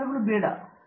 professor